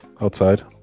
outside